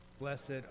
Blessed